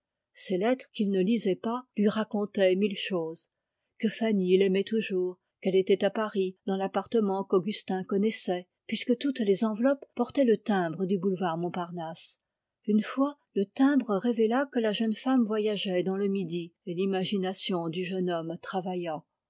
ces lettres qu'il ne lisait pas lui racontaient mille choses que fanny l'aimait toujours qu'elle était à paris dans l'appartement qu'augustin connaissait puisque toutes les enveloppes portaient le timbre du boulevard montparnasse une fois le timbre révéla que la jeune femme voyageait dans le midi et l'imagination du jeune homme travailla